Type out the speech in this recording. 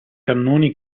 cannoni